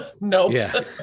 nope